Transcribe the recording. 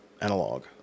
analog